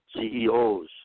CEOs